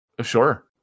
Sure